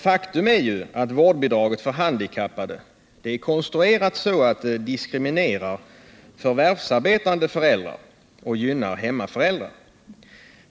Faktum är ju att vårdbidraget för handikappade är konstruerat så att det diskriminerar förvärvsarbetande föräldrar och gynnar hemmaföräldrar.